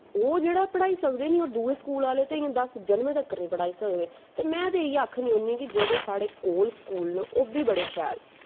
ओह् जेह्ड़ा पढ़ाई सकदे नी ओह् दुए स्कूल आह्ले इयां दस्स जन्म तक्कर नी पढ़ाई सकदे ते मैं ते इयै आक्खनी होन्नी कि जेह्ड़े साढ़े कोल स्कूल न ओह् बी बड़ैे शैल